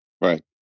Right